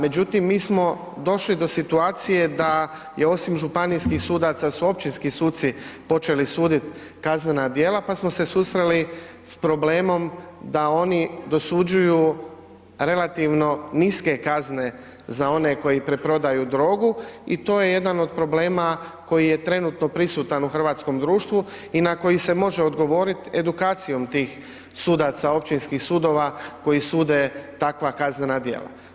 Međutim, mi smo došli do situacije da je osim županijskih sudaca su općinski suci počeli suditi kaznena djela pa smo se susreli s problemom da oni dosuđuju relativno niske kazne za one koji preprodaju drogu i to je jedan od problema koji je trenutno prisutan u hrvatskom društvu i na koji se može odgovoriti edukacijom tih sudaca općinskih sudova koji sude takva kaznena djela.